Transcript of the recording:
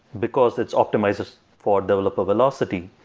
because it's optimized for developer velocity,